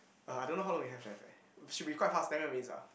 uh I don't know how long we have left leh should be quite fast ten more minutes ah